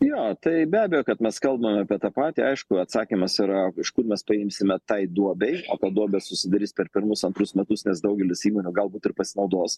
jo taip be abejo kad mes kalbame apie tą patį aišku atsakymas yra iš kur mes paimsime tai duobei o ta duobė susidarys per pirmus antrus metus nes daugelis įmonių galbūt ir pasinaudos